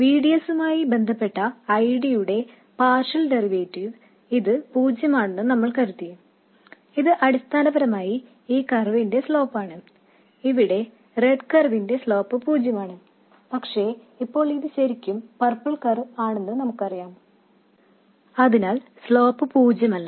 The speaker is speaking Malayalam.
V D S ഉമായി ബന്ധപ്പെട്ട I D യുടെ പാർഷ്യൽ ഡെറിവേറ്റീവ് ഇത് പൂജ്യമാണെന്ന് നമ്മൾ കരുതി ഇത് അടിസ്ഥാനപരമായി ഈ കർവിന്റെ സ്ലോപാണ് ഇവിടെ റെഡ് കർവിന്റെ സ്ലോപ് പൂജ്യമാണ് പക്ഷേ ഇപ്പോൾ ഇത് ശരിക്കും പർപ്പിൾ കർവ് ആണെന്ന് നമുക്കറിയാം അതിനാൽ സ്ലോപ്പ് പൂജ്യമല്ല